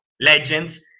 legends